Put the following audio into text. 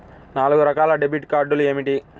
నాలుగు రకాల డెబిట్ కార్డులు ఏమిటి?